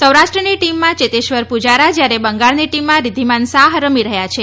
સૌરાષ્ટ્રની ટીમમાં ચેતેશ્વર પુજારા જ્યારે બંગાળની ટીમમાં રીધ્ધીમાન સાહ રમી રહ્યા છે